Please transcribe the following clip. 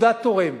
תעודת תורם